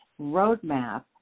roadmap